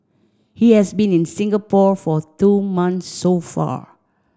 he has been in Singapore for two months so far